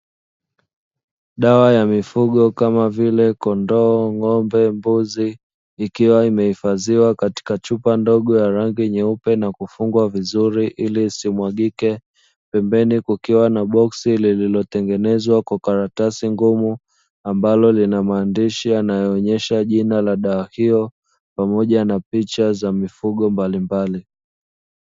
Dawa ya mifugo kama vile kondoo, ng'ombe mbuzi ikwa imeifadhiwa katika chupa ndogo ya rangi nyeupe na kufungwa vizuri ili isimwagike, pembeni kukiwa na boksi lililotengenezwa kwa karatasi ngumu ambalo linamaandishi yanayoonesha jina la dawa hiyo pamoja na picha za mifugo mbalimbali.